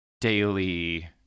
daily